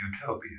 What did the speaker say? Utopia